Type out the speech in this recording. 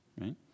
right